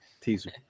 Teaser